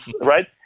right